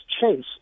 Chase